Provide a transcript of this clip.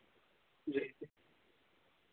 हांजी